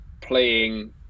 playing